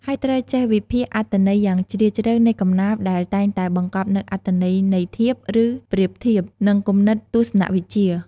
ហើយត្រូវចេះ វិភាគអត្ថន័យយ៉ាងជ្រាលជ្រៅ នៃកំណាព្យដែលតែងតែបង្កប់នូវអត្ថន័យន័យធៀប ឬប្រៀបធៀប និងគំនិតទស្សនវិជ្ជា។